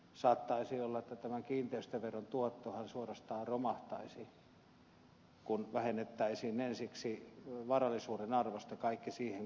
saattaisi olla että tämän kiinteistöveron tuotto suorastaan romahtaisi kun vähennettäisiin ensiksi varallisuuden arvosta kaikki siihen kohdistuvat velat